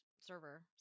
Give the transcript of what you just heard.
server